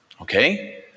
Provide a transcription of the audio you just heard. okay